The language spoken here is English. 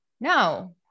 No